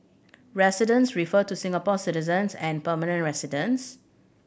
residents refer to Singapore citizens and permanent residents